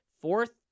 fourth